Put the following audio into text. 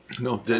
No